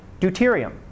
deuterium